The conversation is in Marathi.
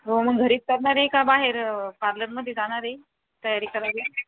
हो मग घरीच करणार आहे का बाहेर पार्लरमध्ये जाणार आहे तयारी करायला